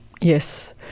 Yes